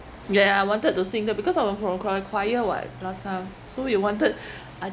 ya ya I wanted to sing there because I'm a fro~ from choir [what] last time so we wanted I